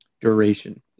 duration